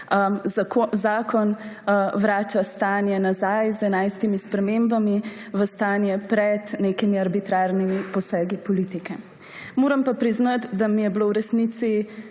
Zakon vrača stanje nazaj z enajstimi spremembami v stanje pred nekimi arbitrarnimi posegi politike. Moram pa priznati, da mi je bilo v resnici